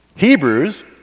Hebrews